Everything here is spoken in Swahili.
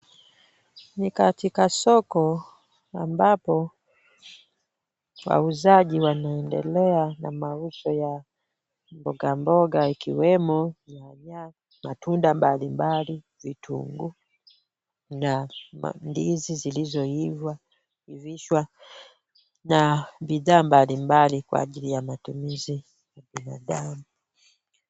Ni katika soko ambapo wauzaji wanaendelea na mauzo ya mboga mboga ikiwemo nyanya, matunda mbalimbali, vitunguu na ndizi zilizo iva na bidhaa mbalimbali kwa ajili ya matumizi.